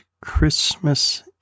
Christmas